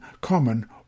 common